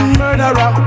murderer